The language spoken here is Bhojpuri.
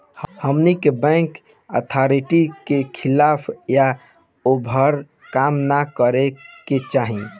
हमनी के बैंक अथॉरिटी के खिलाफ या ओभर काम न करे के चाही